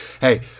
Hey